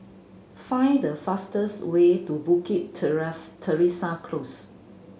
find the fastest way to Bukit Teresa Close